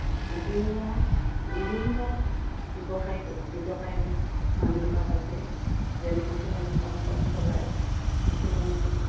বিভিন্ন বিভিন্ন ব্যৱসায় ব্যৱসায়ৰ মানুহবিলাক আছে যেনে কিছুমানে টম টম চলায় কিছুমানে